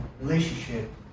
relationship